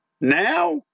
Now